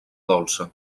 dolça